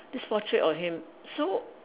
this portrait of him so